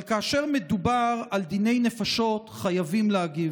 אבל כאשר מדובר על דיני נפשות, חייבים להגיב: